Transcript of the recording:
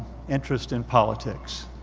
interest in politics.